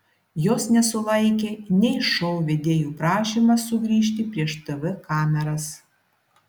jos nesulaikė nei šou vedėjų prašymas sugrįžti prieš tv kameras